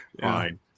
fine